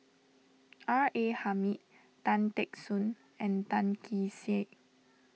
R A Hamid Tan Teck Soon and Tan Kee Sek